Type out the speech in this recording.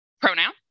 pronoun